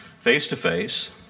face-to-face